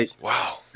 Wow